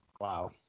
Wow